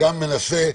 גם מנסה.